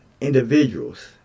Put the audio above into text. individuals